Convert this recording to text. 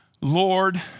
Lord